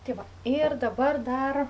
tai va ir dabar dar